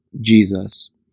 Jesus